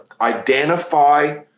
identify